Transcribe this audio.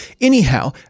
Anyhow